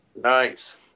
nice